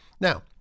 Now